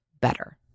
better